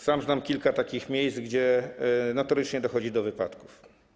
Sam znam kilka takich miejsc, gdzie notorycznie dochodzi do wypadków.